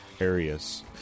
areas